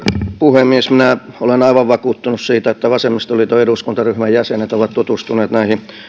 puhemies minä olen aivan vakuuttunut siitä että vasemmistoliiton eduskuntaryhmän jäsenet ovat tutustuneet näihin